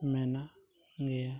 ᱢᱮᱱᱟᱜ ᱜᱮᱭᱟ